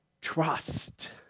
trust